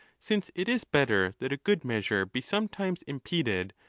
since it is better that a good measure be sometimes impeded,